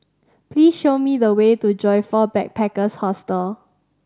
please show me the way to Joyfor Backpackers' Hostel